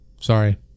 Sorry